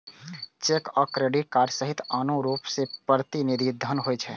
cheque आ credit card सहित आनो रूप मे प्रतिनिधि धन होइ छै